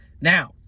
now